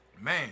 man